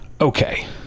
Okay